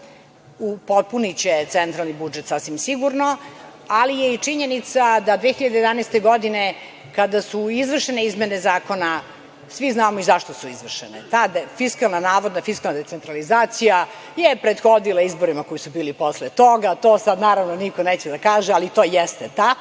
upotpuniće centralni budžet sasvim sigurno, ali je i činjenica da 2011. godine, kada su izvršene izmene zakona, svi znamo i zašto su izvršene. Tad navodna fiskalna decentralizacija je prethodila izborima koji su bili posle toga. To sad naravno niko neće da kaže, ali to jeste